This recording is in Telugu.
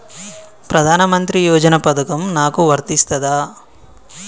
ప్రధానమంత్రి యోజన పథకం నాకు వర్తిస్తదా?